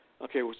Okay